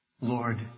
Lord